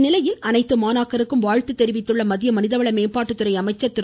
இந்நிலையில் அனைத்து மாணாக்கருக்கும் வாழ்த்து தெரிவித்துள்ள மத்திய மனிதவள மேம்பாட்டுத்துறை அமைச்சர் திரு